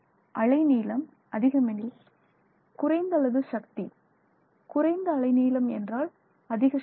அலை நீளம் அதிகம் எனில் குறைந்த அளவு சக்தி குறைந்த அலை நீளம் என்றால் அதிக சக்தி